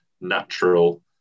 natural